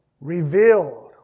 revealed